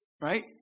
right